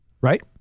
Right